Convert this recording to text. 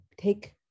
take